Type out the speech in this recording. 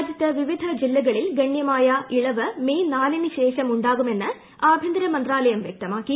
രാജൃത്ത് വിവിധ ജില്ലകളിൽ ഗണ്യമായ ഇളവ് മേയ് നാലിനുശേഷം ഉണ്ടാകുമെന്ന് ആഭ്യന്തര മന്ത്രാലയം വ്യക്തമാക്കി